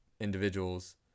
individuals